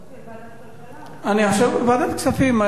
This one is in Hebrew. חשבתי על ועדת כלכלה, אבל, אני חושב, ועדת הכספים.